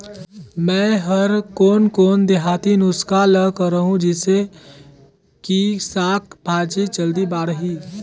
मै हर कोन कोन देहाती नुस्खा ल करहूं? जिसे कि साक भाजी जल्दी बाड़ही?